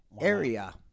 area